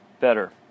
better